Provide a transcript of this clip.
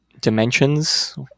dimensions